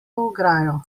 ograjo